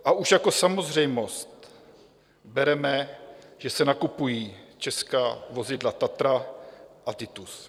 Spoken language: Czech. A už jako samozřejmost bereme, že se nakupují česká vozidla Tatra a Titus.